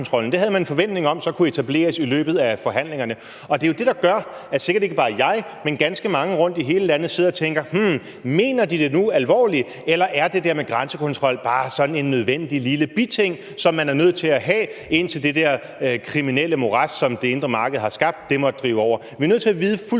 Det havde man en forventning om så kunne etableres i løbet af forhandlingerne. Og det er jo det, der gør, at sikkert ikke bare jeg, men ganske mange rundt i hele landet sidder og tænker: Mener de det nu alvorligt, eller er det der med grænsekontrol bare sådan en nødvendig biting, som man er nødt til at have, indtil det der kriminelle morads, som det indre marked har skabt, måtte drive over? Vi er nødt til at vide fuldstændig